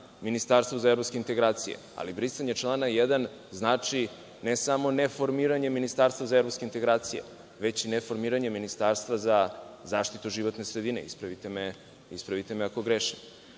ministarstvo za evropske integracije. Brisanje člana 1. znači ne samo ne formiranje ministarstva za evropske integracije, već ne formiranje ministarstva za zaštitu životne sredine, ispravite me ako